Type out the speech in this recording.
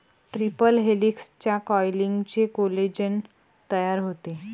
triple हेलिक्सच्या कॉइलिंगने collagen तयार होते